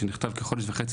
שנכתב כחודש וחצי,